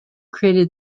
created